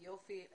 יופי.